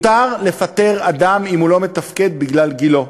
מותר לפטר אדם אם הוא לא מתפקד בגלל גילו.